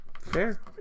Fair